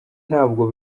ntabwo